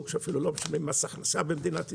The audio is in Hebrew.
שאפילו לא משלם מס הכנסה במדינת ישראל.